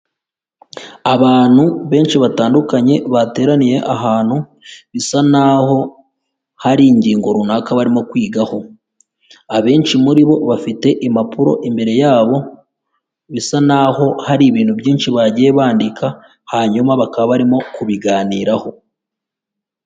Abantu benshi batandukanye bateraniye ahantu, bisa n'aho hari ingingo runaka barimo kwigaho, abenshi muri bo bafite impapuro imbere yabo, bisa naho hari ibintu byinshi bagiye bandika, hanyuma bakaba barimo kubiganiraho.